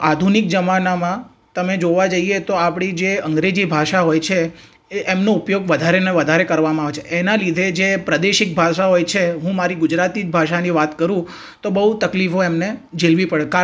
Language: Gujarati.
આધુનિક જમાનામાં તમે જોવા જઈએ તો આપણી જે અંગ્રેજી ભાષા હોય છે એ એમનો ઉપયોગ વધારેને વધારે કરવામાં આવે છે એના લીધે જે પ્રાદેશિક ભાષા હોય છે હું મારી ગુજરાતી જ ભાષાની વાત કરું તો બહુ તકલીફો એમને જેલવી પડે કારણ કે